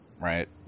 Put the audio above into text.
right